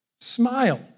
Smile